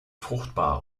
fruchtbar